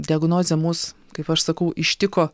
diagnozė mus kaip aš sakau ištiko